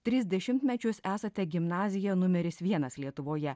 tris dešimtmečius esate gimnazija numeris vienas lietuvoje